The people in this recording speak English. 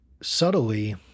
subtly